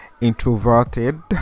introverted